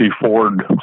Ford